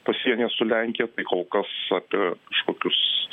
pasienyje su lenkija tai kol kas apie kažkokius